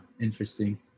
interesting